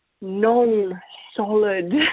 non-solid